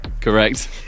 correct